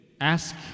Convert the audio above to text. ask